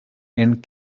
and